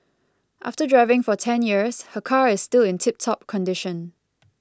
after driving for ten years her car is still in tip top condition